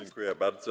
Dziękuję bardzo.